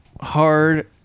hard